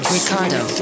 Ricardo